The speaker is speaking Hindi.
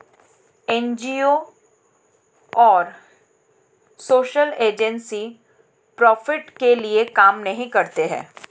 एन.जी.ओ और सोशल एजेंसी प्रॉफिट के लिए काम नहीं करती है